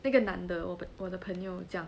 那个男的我的我的朋友讲